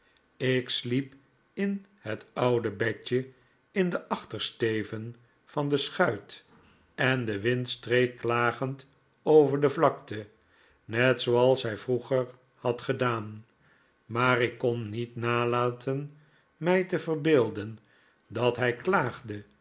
ik sliep in het oude bedje in den achtersteven van de schuit en de wind streek klagend over de vlakte net zooals hij vroeger had gedaan maar ik kon niet nalaten mij te verbeelden dat hij klaagde